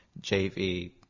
JV